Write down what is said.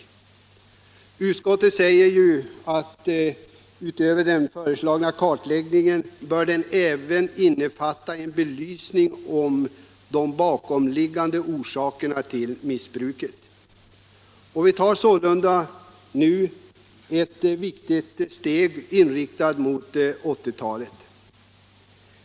Ut 127 skottet säger ju att utöver den föreslagna kartläggningen bör den även innefatta en belysning av de bakomliggande orsakerna till missbruket. Vi tar sålunda nu ett viktigt steg inriktat på 1980-talets problematik.